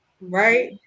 Right